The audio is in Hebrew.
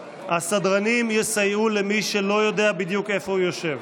הסדרנים יסייעו למי שלא יודע בדיוק איפה הוא יושב.